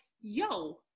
yo